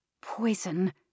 Poison